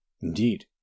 Indeed